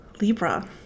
Libra